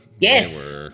yes